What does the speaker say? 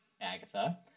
Agatha